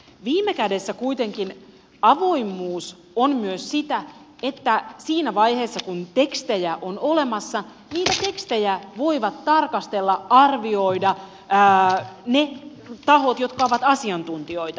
viime kädessä kuitenkin avoimuus on myös sitä että siinä vaiheessa kun tekstejä on olemassa niitä tekstejä voivat tarkastella arvioida ne tahot jotka ovat asiantuntijoita